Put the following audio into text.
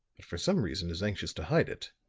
but for some reason is anxious to hide it.